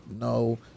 no